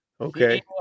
Okay